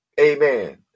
Amen